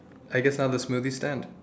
I guess now the smoothie stands